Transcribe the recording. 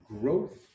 growth